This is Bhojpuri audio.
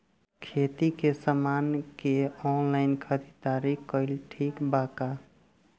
खेती के समान के ऑनलाइन खरीदारी कइल ठीक बा का?